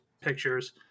pictures